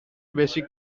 basic